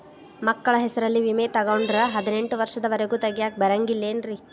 ಮಕ್ಕಳ ಹೆಸರಲ್ಲಿ ವಿಮೆ ತೊಗೊಂಡ್ರ ಹದಿನೆಂಟು ವರ್ಷದ ಒರೆಗೂ ತೆಗಿಯಾಕ ಬರಂಗಿಲ್ಲೇನ್ರಿ?